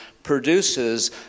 produces